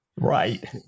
Right